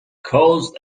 caused